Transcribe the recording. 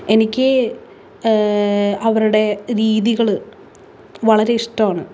എനിക്ക് അവരുടെ രീതികൾ വളരെ ഇഷ്ടമാണ്